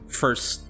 first